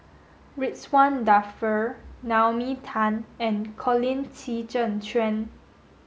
Ridzwan Dzafir Naomi Tan and Colin Qi Zhe Quan